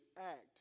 act